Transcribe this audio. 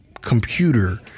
computer